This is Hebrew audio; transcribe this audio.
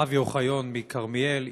אבי אוחיון מכרמיאל,